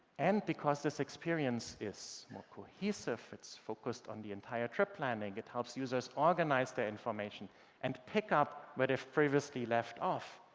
and because this experience is more cohesive, it's focused on the entire trip planning, it helps users organize their information and pick up where they've previously left off.